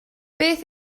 beth